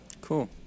Cool